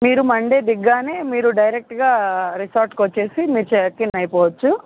మీరు మండే దిగ్గానే మీరు డైరెక్ట్గా రిసార్ట్కి వచ్చేసి మీరు చెక్ ఇన్ అయిపోవచ్చు